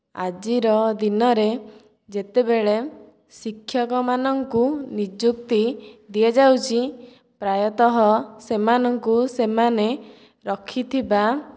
ଆଜିର ଦିନରେ ଯେତେବେଳେ ଶିକ୍ଷକମାନଙ୍କୁ ନିଯୁକ୍ତି ଦିଆଯାଉଛି ପ୍ରାୟତଃ ସେମାନଙ୍କୁ ସେମାନେ ରଖିଥିବା